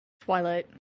Twilight